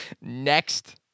Next